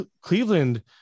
Cleveland